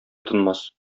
тынмас